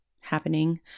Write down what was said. happening